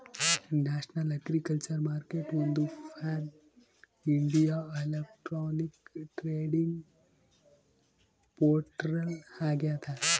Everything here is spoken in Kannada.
ನ್ಯಾಷನಲ್ ಅಗ್ರಿಕಲ್ಚರ್ ಮಾರ್ಕೆಟ್ಒಂದು ಪ್ಯಾನ್ಇಂಡಿಯಾ ಎಲೆಕ್ಟ್ರಾನಿಕ್ ಟ್ರೇಡಿಂಗ್ ಪೋರ್ಟಲ್ ಆಗ್ಯದ